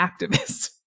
activist